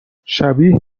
شبیه